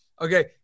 Okay